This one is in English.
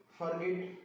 Forget